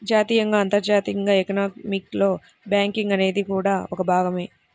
జాతీయంగా, అంతర్జాతీయంగా ఎకానమీలో బ్యాంకింగ్ అనేది కూడా ఒక భాగమే